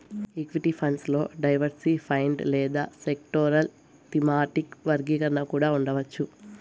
equity funds లో diversified లేదా sectoral, thematic వర్గీకరణ కూడా ఉండవచ్చు